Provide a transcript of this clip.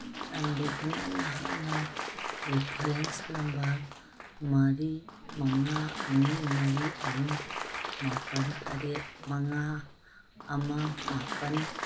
ꯆꯥꯟꯕꯤꯗꯨꯅ ꯅꯍꯥꯛꯅ reference number ꯃꯔꯤ ꯃꯉꯥ ꯑꯅꯤ ꯃꯔꯤ ꯑꯍꯨꯝ ꯃꯥꯄꯟ ꯇꯔꯦꯠ ꯃꯉꯥ ꯑꯃ ꯃꯥꯄꯜ